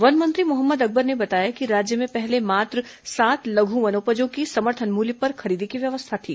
one मंत्री मोहम्मद अकबर ने बताया कि राज्य में पहले मात्र सात लघु वनोपजों की समर्थन मूल्य पर खरीदी की व्यवस्था होती थी